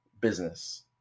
business